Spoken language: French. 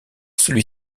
celui